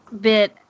bit